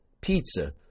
pizza